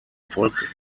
volk